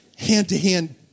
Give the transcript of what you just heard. hand-to-hand